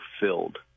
filled